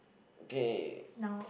okay